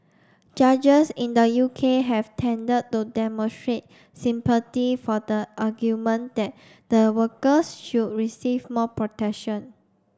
judges in the U K have tended to demonstrate sympathy for the argument that the workers should receive more protection